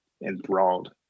enthralled